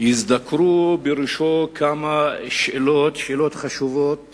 יזדקרו בראשו כמה שאלות חשובות